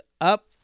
up